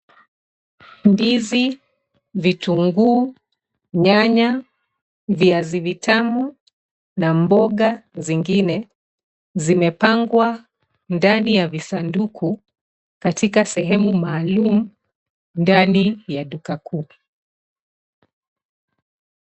Ndizi, vitunguu ,nyanya, viazi vitamu na mboga zingine zimepangwa ndani ya visanduku katika sehemu maalum ndani ya duka kuu.